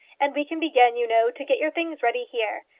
and we can begin, you know, to get your things ready here.